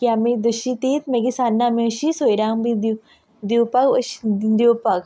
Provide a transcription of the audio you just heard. की तीच मागीर आमी सान्नां अशी सोयऱ्यांक बीन दिवपाक अशीं दिवपाक